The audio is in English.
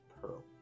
Pearl